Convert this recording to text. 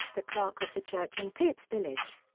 the clerk of the church in pip's village.